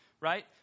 right